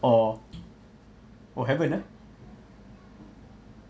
or oh haven't uh